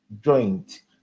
joint